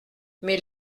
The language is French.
mais